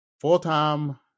full-time